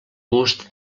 gust